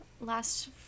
last